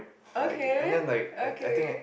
like and then like I I think